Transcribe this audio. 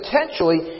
potentially